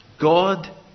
God